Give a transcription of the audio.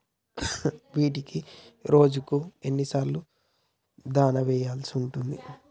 వీటికి రోజుకు ఎన్ని సార్లు దాణా వెయ్యాల్సి ఉంటది?